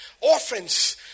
Orphans